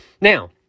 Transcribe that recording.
Now